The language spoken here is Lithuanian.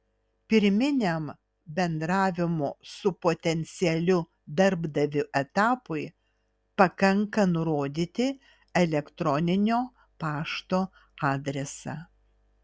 pirminiam bendravimo su potencialiu darbdaviu etapui pakanka nurodyti elektroninio pašto adresą